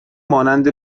مانند